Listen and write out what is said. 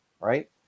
right